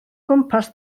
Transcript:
gwmpas